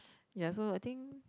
ya so I think